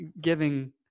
giving